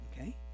okay